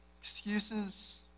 excuses